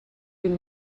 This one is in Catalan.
vint